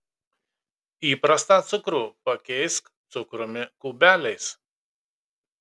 įprastą cukrų pakeisk cukrumi kubeliais